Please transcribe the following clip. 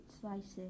slices